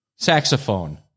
Saxophone